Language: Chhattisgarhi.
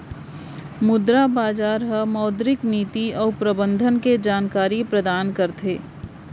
मुद्रा बजार ह मौद्रिक नीति अउ प्रबंधन के जानकारी परदान करथे